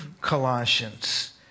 Colossians